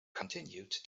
continued